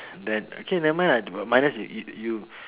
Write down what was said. then okay never mind lah minus you